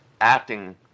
acting